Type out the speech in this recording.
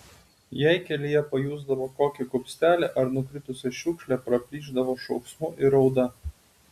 jei kelyje pajusdavo kokį kupstelį ar nukritusią šiukšlę praplyšdavo šauksmu ir rauda